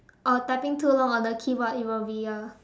uh typing too long on the keyboard it will be a